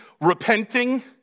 repenting